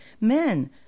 men